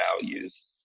values